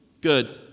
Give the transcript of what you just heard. Good